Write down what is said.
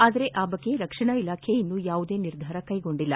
ಆದರೆ ಆ ಬಗ್ಗೆ ರಕ್ಷಣಾ ಇಲಾಖೆ ಇನ್ನೂ ಯಾವುದೇ ನಿರ್ಧಾರ ಕೈಗೊಂಡಿಲ್ಲ